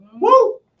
Woo